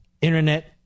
Internet